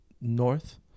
north